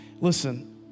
listen